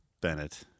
bennett